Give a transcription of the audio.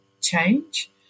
change